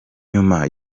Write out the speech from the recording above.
nyuma